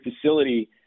facility